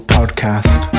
Podcast